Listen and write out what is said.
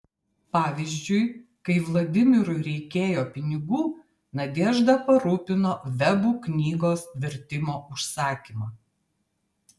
pavyzdžiui kai vladimirui reikėjo pinigų nadežda parūpino vebų knygos vertimo užsakymą